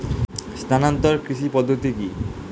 স্থানান্তর কৃষি পদ্ধতি কি?